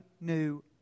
new